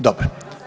Dobro.